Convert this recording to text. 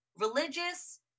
religious